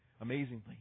amazingly